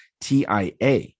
TIA